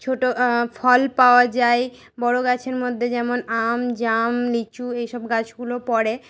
ছোটো ফল পাওয়া যায় বড়ো গাছের মধ্যে যেমন আম জাম লিচু এইসব গাছগুলো পরে